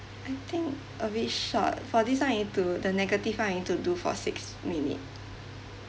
I think a bit short for this one you need to the negative one you need to do for six minutes